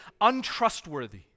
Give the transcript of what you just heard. untrustworthy